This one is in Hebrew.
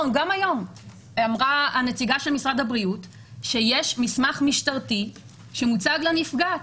אמרה הנציגה של משרד הבריאות שיש מסמך משטרתי שמוצג לנפגעת,